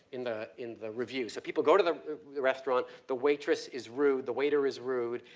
in the, in the reviews. so people go to the restaurant. the waitress is rude, the waiter is rude.